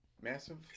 massive